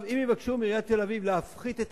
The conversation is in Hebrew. אם יבקשו מעיריית תל-אביב להפחית את